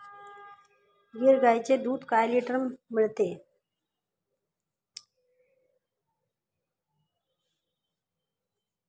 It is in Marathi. गीर गाईचे दूध काय लिटर मिळते?